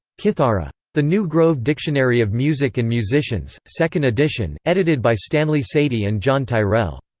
kithara. the new grove dictionary of music and musicians, second edition, edited by stanley sadie and john tyrrell.